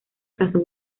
casó